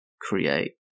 create